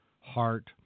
heart